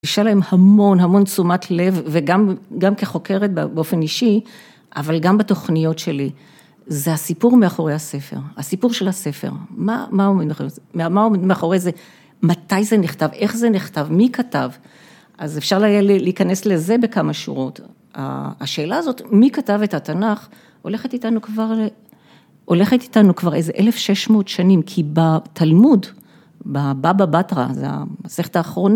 יש להם המון, המון תשומת לב, וגם כחוקרת באופן אישי, אבל גם בתוכניות שלי, זה הסיפור מאחורי הספר, הסיפור של הספר, מה עומד מאחורי זה, מתי זה נכתב, איך זה נכתב, מי כתב, אז אפשר היה להיכנס לזה בכמה שורות. השאלה הזאת, מי כתב את התנ״ך, הולכת איתנו כבר איזה אלף שש מאות שנים, כי בתלמוד, בבאבא בתרא, זה המסכת האחרונה,